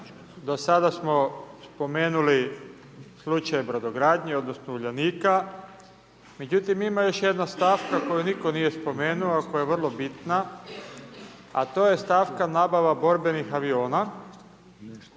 do sada smo spomenuli slučaj brodogradnje odnosno Uljanika, međutim ima još jedna stavka koju niko nije spomenuo a koja je vrlo bitna, a to je stavka nabava borbenih aviona